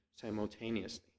simultaneously